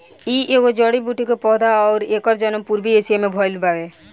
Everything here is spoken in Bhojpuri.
इ एगो जड़ी बूटी के पौधा हा अउरी एकर जनम पूर्वी एशिया में भयल बावे